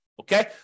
Okay